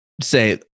say